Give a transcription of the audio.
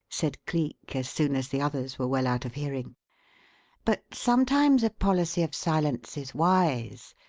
said cleek, as soon as the others were well out of hearing but sometimes a policy of silence is wise,